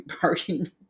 Parking